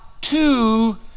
two